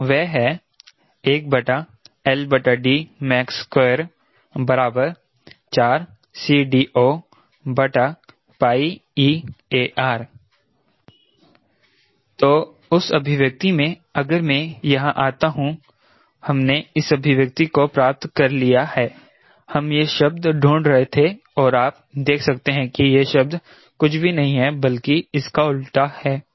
तो वह है 1 max2 4CD0eAR तो उस अभिव्यक्ति में अगर मैं यहाँ आता हूं हमने इस अभिव्यक्ति को प्राप्त कर लिया है हम यह शब्द ढूंढ रहे थे और आप देख सकते हैं कि यह शब्द कुछ भी नहीं है बल्कि इसका उल्टा है